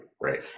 Right